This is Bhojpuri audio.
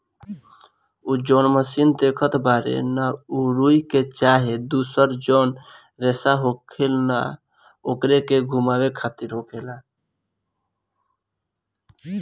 उ जौन मशीन देखत बाड़े न उ रुई के चाहे दुसर जौन रेसा होखेला न ओकरे के घुमावे खातिर होखेला